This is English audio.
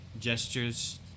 gestures